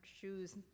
shoes